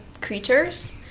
creatures